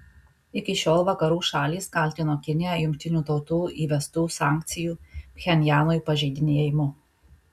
iki šiol vakarų šalys kaltino kiniją jungtinių tautų įvestų sankcijų pchenjanui pažeidinėjimu